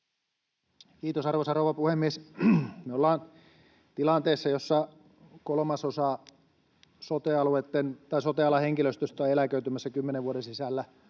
Kiitos, arvoisa rouva puhemies! Me ollaan tilanteessa, jossa kolmasosa sote-alan henkilöstöstä on eläköitymässä kymmenen vuoden sisällä,